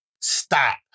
Stop